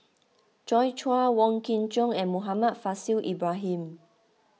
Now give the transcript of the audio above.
Joi Chua Wong Kin Jong and Muhammad Faishal Ibrahim